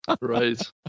Right